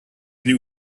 new